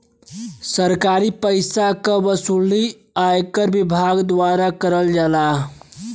सरकारी पइसा क वसूली आयकर विभाग द्वारा करल जाला